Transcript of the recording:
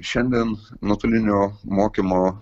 šiandien nuotolinio mokymo